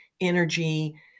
energy